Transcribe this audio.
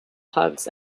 hugs